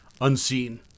unseen